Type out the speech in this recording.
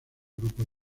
grupos